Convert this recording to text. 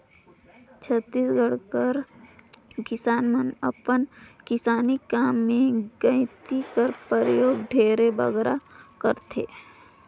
छत्तीसगढ़ कर किसान मन अपन किसानी काम मे गइती कर परियोग ढेरे बगरा करथे